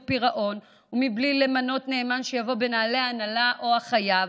פירעון ובלי למנות נאמן שיבוא בנעלי ההנהלה או החייב,